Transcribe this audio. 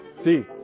see